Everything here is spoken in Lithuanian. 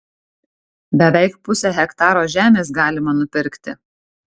beveik pusę hektaro žemės galima nupirkti